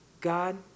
God